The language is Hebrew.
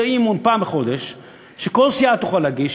יהיה פעם בחודש אי-אמון שכל סיעה תוכל להגיש,